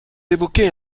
évoquez